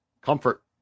Comfort